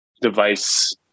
device